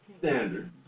Standard